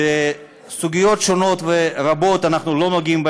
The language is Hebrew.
שבסוגיות שונות ורבות אנחנו לא נוגעים,